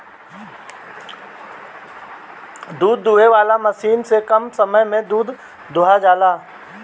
दूध दूहे वाला मशीन से कम समय में दूध दुहा जाला